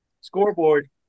scoreboard